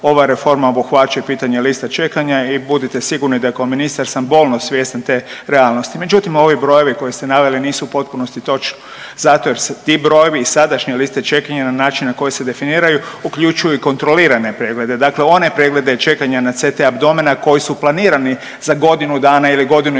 ova reforma obuhvaća i pitanje liste čekanja i budite sigurno da kao ministar sam bolno svjestan te realnosti. Međutim, ovi brojevi koje ste naveli nisu potpunosti točni zato jer se ti brojevi i sadašnje liste čekanja na način koji se definiraju uključuju i kontrolirane preglede. Dakle one preglede čekanja na CT abdomena koji su planirani za godinu dana ili godinu i